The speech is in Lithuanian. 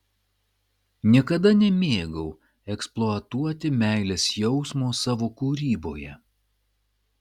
niekada nemėgau eksploatuoti meilės jausmo savo kūryboje